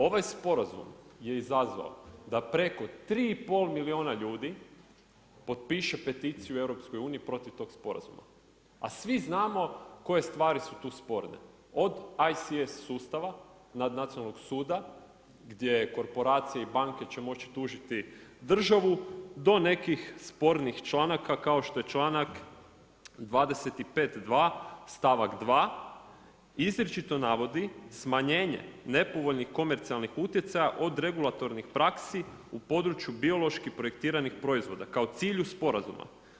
Ovaj sporazum je izazvao da preko 3,5 milijuna ljudi potpiše poticaju EU protiv tog sporazuma, a svi znamo koje stvari su ti sporedne od ICS sustava nad nacionalnog suda, gdje je korporacija i banke će moći tužiti državu, do nekih spornih članaka, kao što je članaka 25.2. stavak 2. izričito navodi smanjenje nepovoljnih komercijalnih utjecaja od regulativnih praksi u području bioloških projektiranih proizvoda, kao cilju sporazuma.